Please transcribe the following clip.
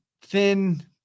thin